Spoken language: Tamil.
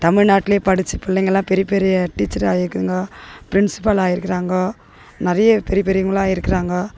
தமிழ்நாட்டுலே படித்து பிள்ளைங்கள்லாம் பெரிய பெரிய டீச்சராக ஆகியிருக்குதுங்கோ ப்ரின்சிபிள் ஆகியிருக்குறாங்கோ நிறைய பெரிய பெரியவங்களாக ஆகியிருக்குறாங்கோ